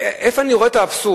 איפה אני רואה את האבסורד?